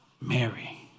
Mary